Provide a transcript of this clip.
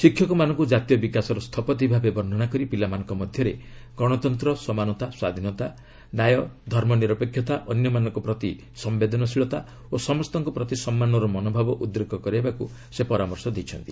ଶିକ୍ଷକମାନଙ୍କୁ କାତୀୟ ବିକାଶର ସ୍ଥପତି ଭାବେ ବର୍ଷ୍ଣନା କରି ପିଲାମାନଙ୍କ ମଧ୍ୟରେ ଗଣତନ୍ତ୍ର ସମାନତା ସ୍ୱାଧୀନତା ନ୍ୟାୟ ଧର୍ମନିରପେକ୍ଷତା ଅନ୍ୟମାନଙ୍କ ପ୍ରତି ସମ୍ଭେଦନଶୀଳତା ଓ ସମସ୍ତଙ୍କ ପ୍ରତି ସମ୍ମାନର ମନୋଭାବ ଉଦ୍ରେକ କରାଇବାକୁ ସେ ପରାମର୍ଶ ଦେଇଛନ୍ତି